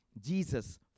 Jesus